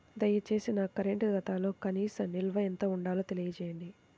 దయచేసి నా కరెంటు ఖాతాలో కనీస నిల్వ ఎంత ఉండాలో తెలియజేయండి